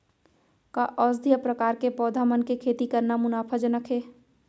का औषधीय प्रकार के पौधा मन के खेती करना मुनाफाजनक हे?